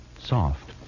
Soft